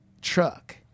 truck